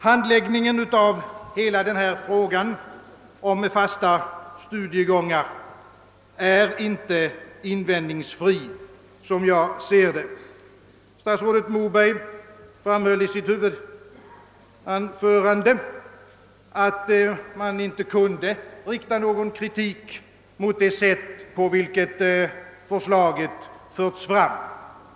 Handläggningen av hela frågan om fasta studiegångar har enligt min åsikt inte varit invändningsfri. Statsrådet Moberg framhöll i sitt huvudanförande, att man inte kan rikta någon kritik mot det sätt på vilket förslaget förts fram.